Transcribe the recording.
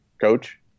coach